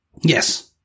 Yes